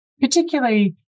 particularly